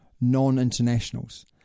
non-internationals